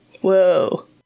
Whoa